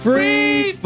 Free